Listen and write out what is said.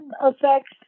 affects